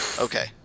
Okay